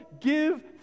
give